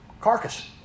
carcass